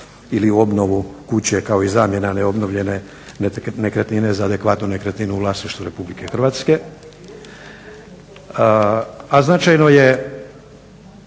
ili obnovu kuće kao i zamjena obnovljene nekretnine za adekvatnu nekretninu u vlasništvu RH a